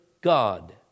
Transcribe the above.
God